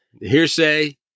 hearsay